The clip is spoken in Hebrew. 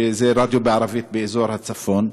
שזה רדיו בערבית באזור הצפון,